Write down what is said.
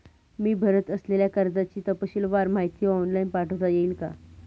मी भरत असलेल्या कर्जाची तपशीलवार माहिती ऑनलाइन पाठवता येईल का?